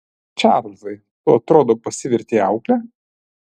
čarlzai tu atrodo pasivertei aukle